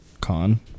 con